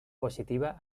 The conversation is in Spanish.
positiva